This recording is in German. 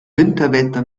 winterwetter